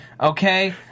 okay